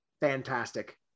fantastic